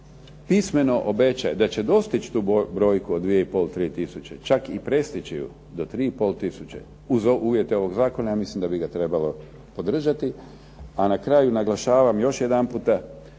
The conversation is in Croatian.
pismeno obeća da će dostići tu brojku od 2 i pol, 3 tisuće čak i prestići ju do 3 i pol tisuće uz uvjete ovog zakona ja mislim da bi ga trebalo podržati, a na kraju naglašavam još jedanput